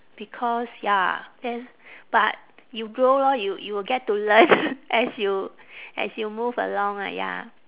because ya then but you grow lor you you will get to learn as you as you move along ah ya